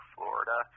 Florida